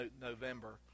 November